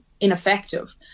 ineffective